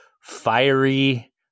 fiery